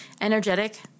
energetic